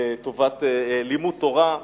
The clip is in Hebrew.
לטובת לימוד תורה,